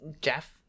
Jeff